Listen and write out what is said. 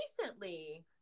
recently